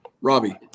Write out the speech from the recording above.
Robbie